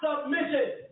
submission